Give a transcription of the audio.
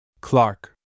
Clark